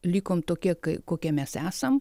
likom tokie kai kokie mes esam